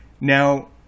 Now